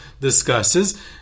discusses